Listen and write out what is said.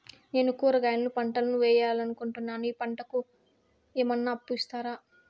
నేను కూరగాయల పంటలు వేయాలనుకుంటున్నాను, ఈ పంటలకు ఏమన్నా అప్పు ఇస్తారా?